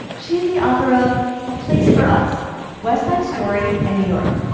she's the author of a plays for us west side story in new york.